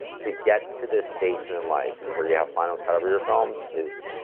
to get to this station in life where you have final cut over your films is